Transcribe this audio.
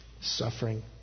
suffering